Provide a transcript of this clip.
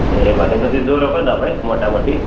ए भनेपछि ज्वरोकै दबाई मोटामोटी